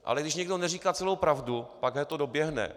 Ale když někdo neříká celou pravdu, pak na to doběhne.